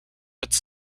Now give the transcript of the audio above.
its